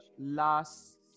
last